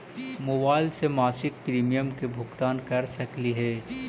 Mobile से मासिक premium के भुगतान कर सकली हे?